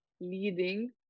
leading